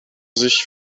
sich